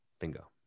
bingo